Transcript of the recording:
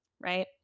right